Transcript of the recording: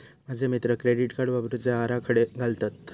माझे मित्र credit card वापरुचे आराखडे घालतत